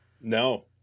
No